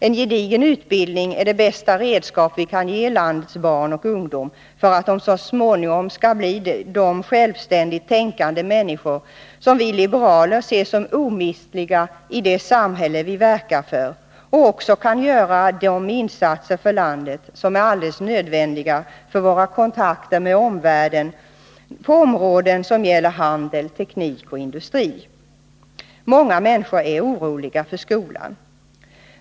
En gedigen utbildning är det bästa redskap vi kan ge landets barn och ungdomar, så att de så småningom skall kunna bli de självständigt tänkande människor som vi liberaler ser som omistliga i det samhälle vi verkar för och som också kan göra de insatser för landet som är alldeles nödvändiga för våra kontakter med omvärlden på områden som gäller handel, teknik och industri. Många människor är oroliga för skolan.